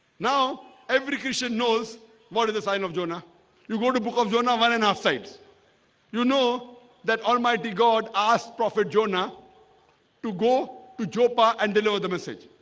now every christian knows what is the sign of jonah you go to book of jonah one and half sites you know that almighty god asked prophet jonah to go to joppa and they know the message,